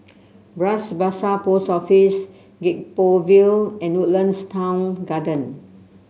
Bras Basah Post Office Gek Poh Ville and Woodlands Town Garden